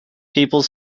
people